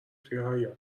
توی